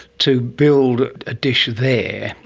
to build a dish there.